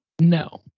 No